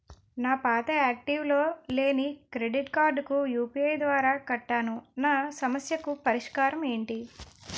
నా పాత యాక్టివ్ లో లేని క్రెడిట్ కార్డుకు యు.పి.ఐ ద్వారా కట్టాను నా సమస్యకు పరిష్కారం ఎంటి?